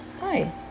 hi